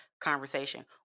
Conversation